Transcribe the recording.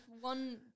one